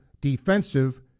defensive